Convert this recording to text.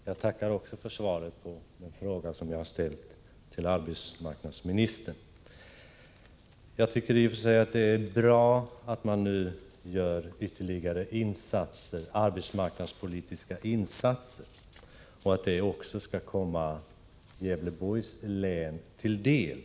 Herr talman! Också jag vill tacka arbetsmarknadsministern för det svar hon lämnat. Jag tycker i och för sig att det är bra att regeringen nu gör ytterligare arbetsmarknadspolitiska insatser och att dessa skall komma även Gävleborgs län till del.